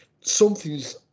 Something's